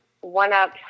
one-up